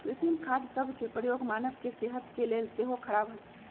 कृत्रिम खाद सभ के प्रयोग मानव के सेहत के लेल सेहो ख़राब हइ